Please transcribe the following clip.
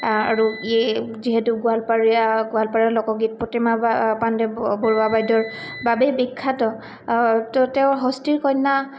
আৰু এই যিহেতু গোৱালপাৰীয়া গোৱালপাৰীয়া লোকগীত প্ৰতিমা বা পাণ্ডে বৰুৱা বাইদেউৰ বাবেই বিখ্যাত তো তেওঁৰ হস্তিৰ কন্যা